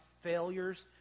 failures